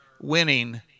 winning